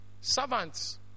Servants